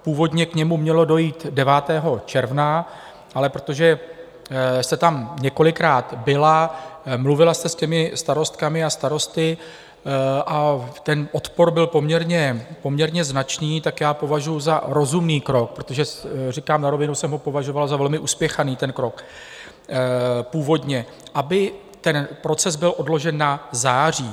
Původně k němu mělo dojít 9. června, ale protože jste tam několikrát byla, mluvila jste s těmi starostkami a starosty a ten odpor byl poměrně značný, tak já považuji za rozumný krok protože říkám na rovinu, že jsem ho považoval za velmi uspěchaný ten krok původně aby ten proces byl odložen na září.